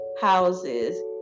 houses